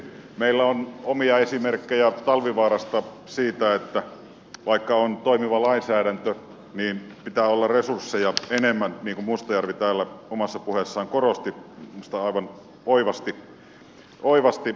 meillä on omia esimerkkejä talvivaarasta siitä että vaikka on toimiva lainsäädäntö niin pitää olla resursseja enemmän niin kuin mustajärvi täällä omassa puheessaan minusta aivan oivasti korosti